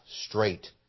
straight